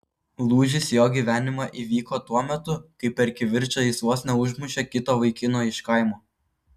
lūžis jo gyvenime įvyko tuo metu kai per kivirčą jis vos neužmušė kito vaikino iš kaimo